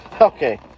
Okay